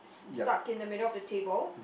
tuck in the middle of the table